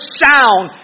sound